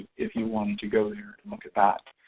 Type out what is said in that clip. if you wanted to go there to look at that.